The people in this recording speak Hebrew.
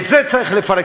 את זה צריך לפרק.